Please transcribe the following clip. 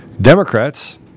Democrats